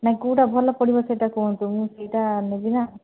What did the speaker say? ନା କେଉଁଟା ଭଲ ପଡ଼ିବ ସେଇଟା କୁହନ୍ତୁ ମୁଁ ସେଇଟା ନେବି ନା